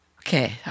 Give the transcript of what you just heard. Okay